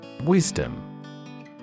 Wisdom